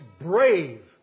brave